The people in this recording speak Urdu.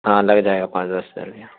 ہاں لگ جائے گا پانچ دس ہزار روپیہ